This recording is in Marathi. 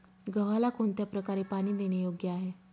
गव्हाला कोणत्या प्रकारे पाणी देणे योग्य आहे?